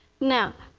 now,